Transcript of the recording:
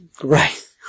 Right